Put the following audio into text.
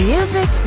Music